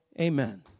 Amen